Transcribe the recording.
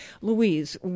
Louise